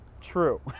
true